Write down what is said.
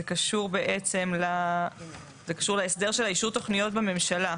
זה קשור להסדר של האישור תוכניות בממשלה.